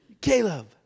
Caleb